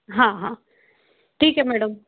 हाँ हाँ ठीक है मैडम